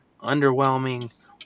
underwhelming